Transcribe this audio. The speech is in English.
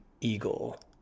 eagle